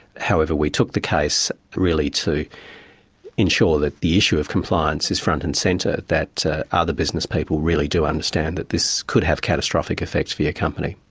however, we took the case really to ensure that the issue of compliance is front and centre, that other businesspeople really do understand that this could have catastrophic effects for yeah company.